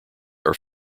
are